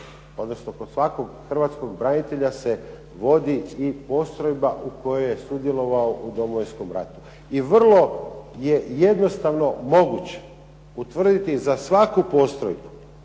odnosno kod svakog hrvatskog branitelja se vodi i postrojba u kojoj je sudjelovao u Domovinskom ratu. I vrlo je jednostavno moguće utvrditi za svaku postrojbu